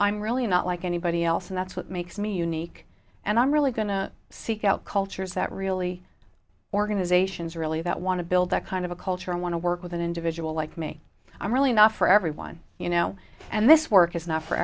i'm really not like anybody else and that's what makes me unique and i'm really going to seek out cultures that really organizations really that want to build that kind of a culture and want to work with an individual like me i'm really not for everyone you know and this work is not for